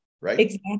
Right